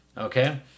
okay